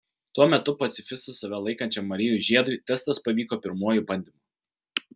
tuo metu pacifistu save laikančiam marijui žiedui testas pavyko pirmuoju bandymu